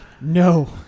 No